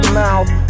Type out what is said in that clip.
mouth